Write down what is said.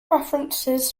references